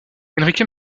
enrique